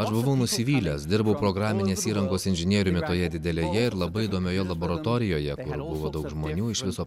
aš buvau nusivylęs dirbo programinės įrangos inžinieriumi toje didelėje ir labai įdomioje laboratorijoje kur buvo daug žmonių iš viso